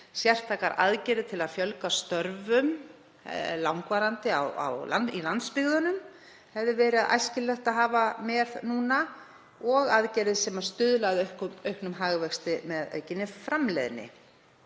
Sértækar aðgerðir til að fjölga störfum til langtíma á landsbyggðinni hefði verið æskilegt að hafa með núna, og aðgerðir sem stuðla að auknum hagvexti með aukinni framleiðni.